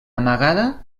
amagada